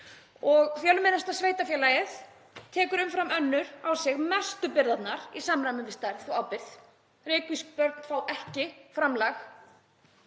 Fjölmennasta sveitarfélagið tekur umfram önnur á sig mestu byrðarnar í samræmi við stærð og ábyrgð. Reykvísk börn fá ekki framlag